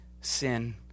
sin